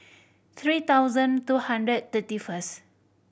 three thousand two hundred thirty first